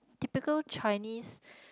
typical Chinese